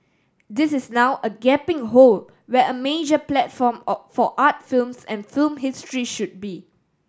this is now a gaping hole where a major platform or for art films and film history should be